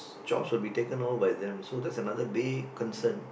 jobs will be taken all by them